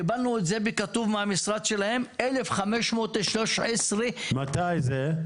קיבלנו את זה בכתוב מהמשרד שלהם, 1,513. מתי זה?